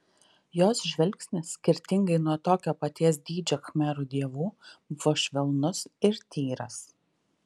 jos žvilgsnis skirtingai nuo tokio paties dydžio khmerų dievų buvo švelnus ir tyras